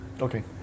Okay